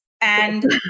And-